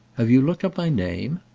have you looked up my name?